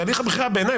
והליך הבחירה בעיניי,